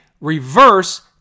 Reverse